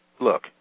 look